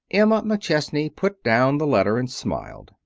emma mcchesney put down the letter and smiled.